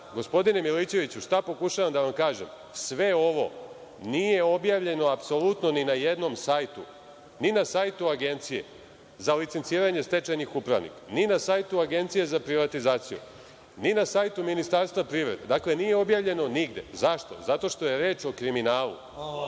rade. Gospodine Milićeviću, šta pokušavam da vam kažem. Sve ovo nije objavljeno apsolutno ni na jednom sajtu, ni na sajtu Agencije za licenciranje stečajnih upravnika, ni na sajtu Agencije za privatizaciju, ni na sajtu Ministarstva privrede. Dakle, nije objavljeno nigde. Zašto? Zato što je reč o kriminalu.